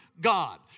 God